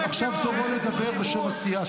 כך אני רואה את הממשלה הנוכחית, בדיוק.